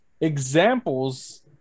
examples